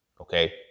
Okay